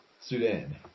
Sudan